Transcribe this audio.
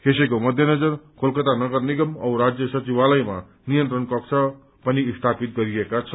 यसैको मध्यनजर कोलकाता नगर निगम औ राज्य सचिवालयमा नियन्त्रण कक्ष पनि स्थापित गरिएका छन्